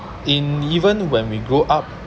in even when we grow up